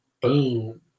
Boom